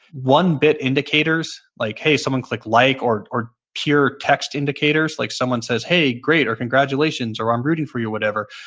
one-bit indicators like, hey, someone clicked like, or or peer text indicators like someone says, hey, great, or, congratulations, or, i'm rooting for you, or whatever.